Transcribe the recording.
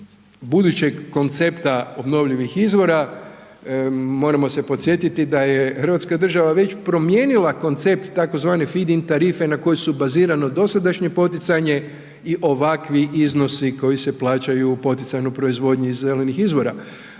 budućeg koncepta obnovljivih izvora, moramo se podsjetiti da je hrvatska država već promijenila koncept tzv. Feed-in tarife na kojoj su bazirano dosadašnje poticanje i ovakvi iznosi koji se plaćaju u poticajnoj proizvodnji iz zelenih izvora.